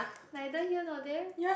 neither here nor there